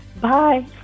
Bye